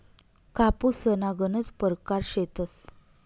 कापूसना गनज परकार शेतस